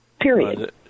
period